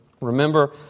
remember